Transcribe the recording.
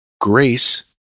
grace